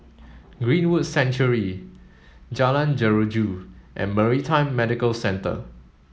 Greenwood Sanctuary Jalan Jeruju and Maritime Medical Centre